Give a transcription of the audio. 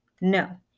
No